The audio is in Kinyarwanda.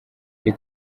ari